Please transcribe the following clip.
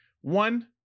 One